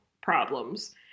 problems